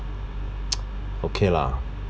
okay lah